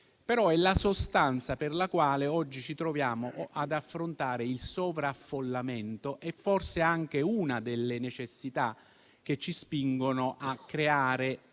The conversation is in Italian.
ma è la sostanza per la quale oggi ci troviamo ad affrontare il sovraffollamento e forse anche una delle necessità che ci spingono a dare